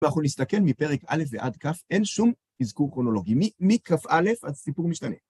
ואנחנו נסתכל מפרק א' ועד כ' אין שום הזכור כרונולוגי. מכ"א הסיפור משתנה.